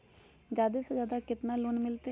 जादे से जादे कितना लोन मिलते?